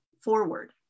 forward